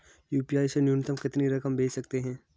UPI से न्यूनतम कितनी रकम भेज सकते हैं?